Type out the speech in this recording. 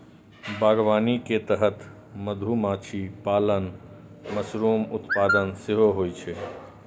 बागवानी के तहत मधुमाछी पालन, मशरूम उत्पादन सेहो होइ छै